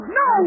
no